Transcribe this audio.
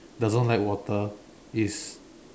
doesn't like water is